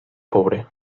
pobre